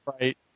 right